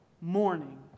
Morning